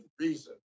reason